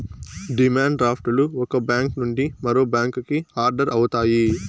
demand draft లు ఒక bank నుండి మరో బ్యాంకుకి ఆర్డర్ అవుతాయి